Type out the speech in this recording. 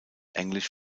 englisch